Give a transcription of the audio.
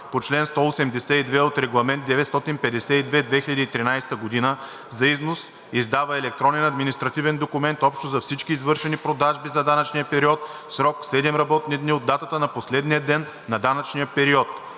по чл. 182 от Регламент 952/2013 г. за износ, издава електронен административен документ общо за всички извършени продажби за данъчния период в срок 7 работни дни от датата на последния ден на данъчния период.